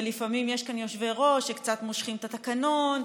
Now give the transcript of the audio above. ולפעמים יש כאן יושבי-ראש שקצת מושכים את התקנון,